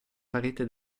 parete